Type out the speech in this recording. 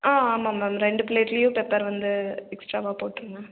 ஆ ஆமாம் மேம் ரெண்டு பிளேட்லையும் பெப்பர் வந்து எக்ஸ்ட்ராவாக போட்டுருங்க